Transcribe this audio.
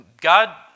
God